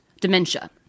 dementia